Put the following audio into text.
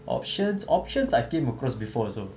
options options I came across before also